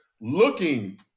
looking